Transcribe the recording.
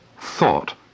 thought